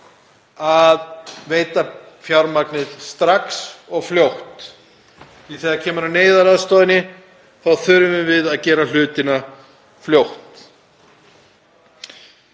að veita fjármagn strax og fljótt, því að þegar kemur að neyðaraðstoðinni þurfum við að gera hlutina fljótt.